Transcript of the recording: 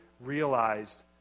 realized